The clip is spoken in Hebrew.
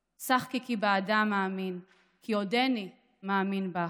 / שחקי, כי באדם אאמין, / כי עודני מאמין בך.